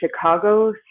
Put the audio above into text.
Chicago